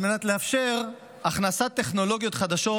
על מנת לאפשר הכנסת טכנולוגיות חדשות